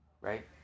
Right